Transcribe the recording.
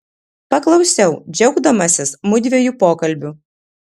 paklausiau džiaugdamasis mudviejų pokalbiu